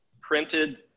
printed